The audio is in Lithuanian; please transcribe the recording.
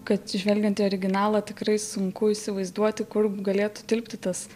kad žvelgiant į originalą tikrai sunku įsivaizduoti kur galėtų tilpti tas